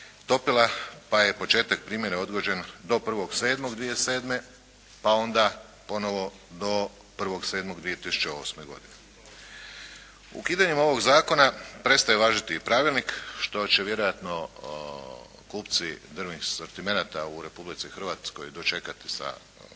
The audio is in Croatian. topila pa je početak primjene odgođen do 1.7.2007. pa onda ponovo do 1.7.2008. godine. Ukidanjem ovog Zakona prestaje važiti i Pravilnik što će vjerojatno kupci drvnih sortimenata u Republici Hrvatskoj dočekati sa